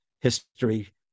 history